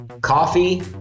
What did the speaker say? Coffee